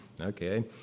Okay